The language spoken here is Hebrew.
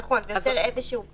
נכון, זה יוצר איזשהו פער.